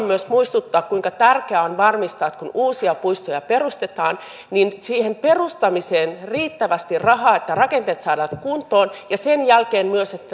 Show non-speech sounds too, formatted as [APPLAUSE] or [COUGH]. [UNINTELLIGIBLE] myös muistuttaa kuinka tärkeää on varmistaa että kun uusia puistoja perustetaan niin siihen perustamiseen riittävästi rahaa niin että rakenteet saadaan kuntoon ja sen jälkeen myös niin että [UNINTELLIGIBLE]